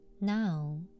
Now